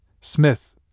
Smith